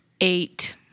Eight